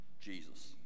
Jesus